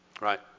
Right